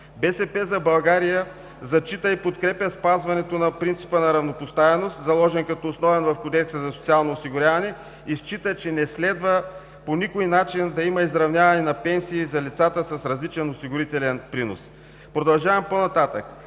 „БСП за България“ зачита и подкрепя спазването на принципа за равнопоставеност, заложен като основен в Кодекса за социално осигуряване, и счита, че не следва по никакъв начин да има изравняване на пенсии за лицата с различен осигурителен принос! Продължавам по-нататък.